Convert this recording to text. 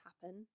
happen